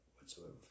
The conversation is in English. whatsoever